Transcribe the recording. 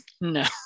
No